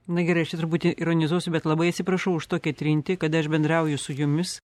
na gerai aš čia truputį ironizuosiu bet labai atsiprašau už tokią trintį kada aš bendrauju su jumis